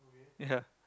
ya